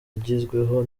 igezweho